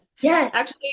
Yes